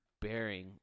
bearing